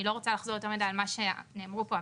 אני לא רוצה לחזור יותר מדי על מה שאמרו פה,